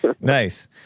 Nice